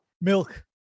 Milk